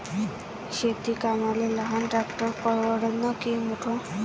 शेती कामाले लहान ट्रॅक्टर परवडीनं की मोठं?